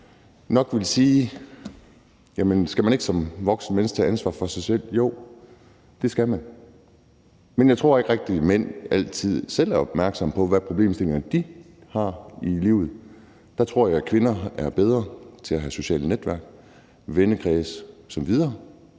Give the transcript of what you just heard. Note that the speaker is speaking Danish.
nok ville sige: Skal man ikke som voksent menneske tage ansvar for sig selv? Jo, det skal man, men jeg tror ikke rigtig, at mænd altid selv er opmærksomme på, hvilke problemstillinger de har i livet. Der tror jeg, at kvinder er bedre til at have sociale netværk, vennekredse osv.,